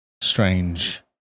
strange